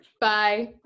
Bye